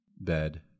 bed